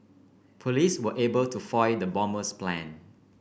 police were able to foil the bomber's plan